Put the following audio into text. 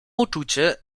uczucie